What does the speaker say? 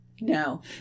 No